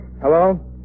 Hello